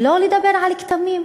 ולא לדבר על כתמים.